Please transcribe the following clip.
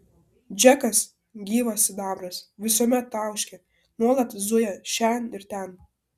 džekas gyvas sidabras visuomet tauškia nuolat zuja šen ir ten